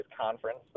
conference